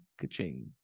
ka-ching